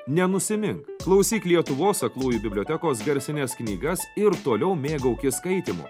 nenusimink klausyk lietuvos aklųjų bibliotekos garsines knygas ir toliau mėgaukis skaitymu